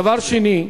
דבר שני,